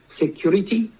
security